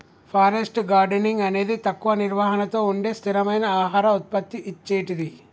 forest gardening అనేది తక్కువ నిర్వహణతో ఉండే స్థిరమైన ఆహార ఉత్పత్తి ఇచ్చేటిది